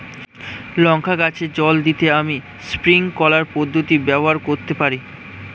লঙ্কা গাছে জল দিতে আমি স্প্রিংকলার পদ্ধতি ব্যবহার করতে পারি?